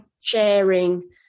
sharing